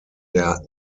der